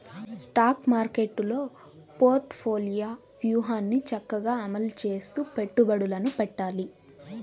stock మార్కెట్టులో portfolio వ్యూహాన్ని చక్కగా అమలు చేస్తూ పెట్టుబడులను పెట్టాలి